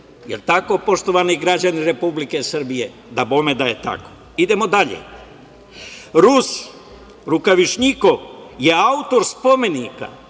Je li tako, poštovani građani Republike Srbije? Dabome da je tako. Idemo dalje, Rus, Rukavišnjikov je autor spomenika